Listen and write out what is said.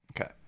okay